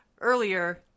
earlier